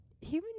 human